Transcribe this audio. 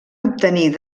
obtenir